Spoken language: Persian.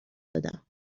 دادم